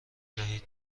دهید